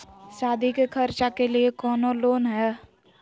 सादी के खर्चा के लिए कौनो लोन है?